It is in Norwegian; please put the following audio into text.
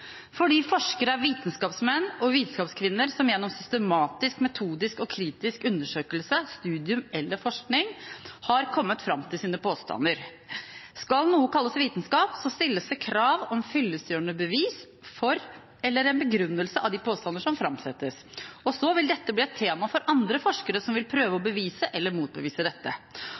vitenskapsmenn og vitenskapskvinner som gjennom systematisk, metodisk og kritisk undersøkelse, studium eller forskning har kommet fram til sine påstander. Skal noe kalles vitenskap, stilles det krav om fyllestgjørende bevis for eller begrunnelse av de påstander som framsettes, og så vil dette bli et tema for andre forskere som vil prøve å bevise eller motbevise dette.